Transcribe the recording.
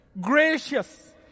gracious